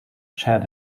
chat